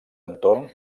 entorn